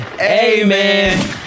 Amen